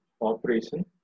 operation